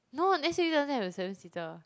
no s_u_v doesn't have a seven seater